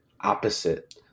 opposite